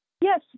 Yes